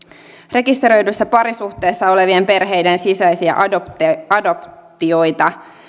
rekisteröidyssä parisuhteessa olevien perheiden sisäisiä adoptioita adoptioita